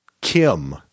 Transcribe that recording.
Kim